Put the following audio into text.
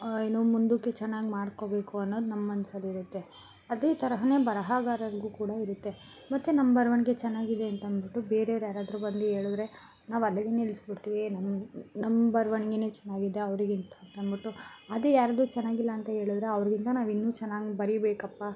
ಇನ್ನೂ ಮುಂದಕ್ಕೆ ಚೆನ್ನಾಗಿ ಮಾಡ್ಕೋಬೇಕು ಅನ್ನೋದು ನಮ್ಮ ಮನಸ್ಸಲ್ಲಿರುತ್ತೆ ಅದೇ ತರಹವೇ ಬರಹಗಾರರಿಗೂ ಕೂಡ ಇರುತ್ತೆ ಮತ್ತು ನಮ್ಮ ಬರವಣಿಗೆ ಚೆನ್ನಾಗಿದೆ ಅಂತನ್ಬಿಟ್ಟು ಬೇರೇರ್ ಯಾರಾದ್ರೂ ಬಂದು ಹೇಳದ್ರೆ ನಾವು ಅಲ್ಲಿಗೆ ನಿಲ್ಲಿಸ್ಬಿಡ್ತೀವಿ ನಮ್ಮ ನಮ್ಮ ಬರವಣಿಗೇನೇ ಚೆನ್ನಾಗಿದೆ ಅವರಿಗಿಂತ ಅಂತನ್ಬಿಟ್ಟು ಅದೇ ಯಾರದೂ ಚೆನ್ನಾಗಿಲ್ಲ ಅಂತ ಹೇಳದ್ರೆ ಅವ್ರಿಗಿಂತ ನಾವು ಇನ್ನೂ ಚೆನ್ನಾಗಿ ಬರೀಬೇಕಪ್ಪ